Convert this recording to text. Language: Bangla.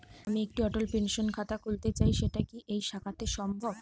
আমি একটি অটল পেনশন খাতা খুলতে চাই সেটা কি এই শাখাতে সম্ভব?